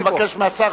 אני מבקש מהשר,